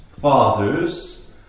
fathers